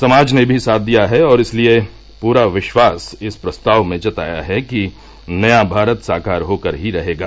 समाज ने भी साथ दिया है और इसलिए पूरा विश्वास इस प्रस्ताव में जताया है कि नया भारत साकार होकर ही रहेगा